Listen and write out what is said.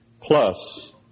plus